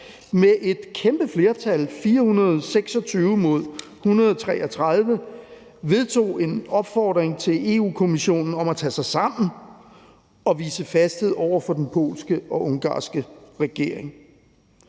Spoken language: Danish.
med et kæmpe flertal på 426 mod 133 vedtog en opfordring til Europa-Kommissionen om at tage sig sammen og vise fasthed over for den polske og ungarske regering.